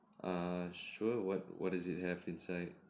err sure what what does it have inside